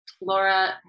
Laura